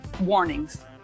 warnings